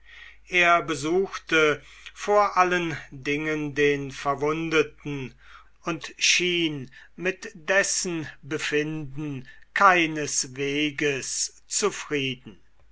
er besuchte vor allen dingen den verwundeten und schien mit dessen befinden keinesweges zufrieden